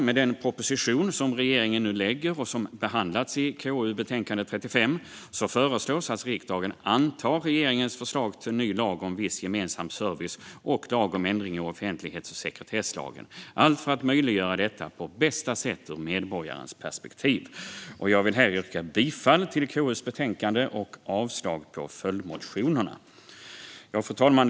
Med den proposition som regeringen har lagt fram och som har behandlats i KU:s betänkande KU35 föreslås att riksdagen ska anta regeringens förslag till ny lag om viss gemensam service och lag om ändring i offentlighets och sekretesslagen - allt för att möjliggöra detta på bästa sätt ur medborgarens perspektiv. Jag vill här yrka bifall till utskottets förslag i KU:s betänkande och avslag på motionerna. Fru talman!